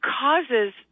causes